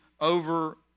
over